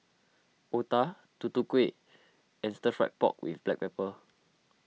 Otah Tutu Kueh and Stir Fried Pork with Black Pepper